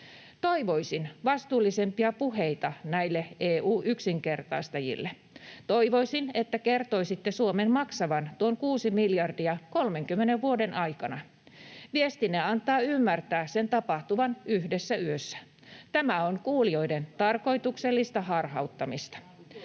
Toivoisin vastuullisempia puheita näiltä EU-yksinkertaistajilta. Toivoisin, että kertoisitte Suomen maksavan tuon kuusi miljardia 30 vuoden aikana. Viestinne antaa ymmärtää sen tapahtuvan yhdessä yössä. Tämä on kuulijoiden tarkoituksellista harhauttamista.